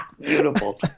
Beautiful